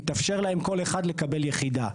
התאפשר לכל אחד לקבל יחידה.